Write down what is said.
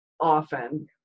often